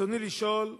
רצוני לשאול: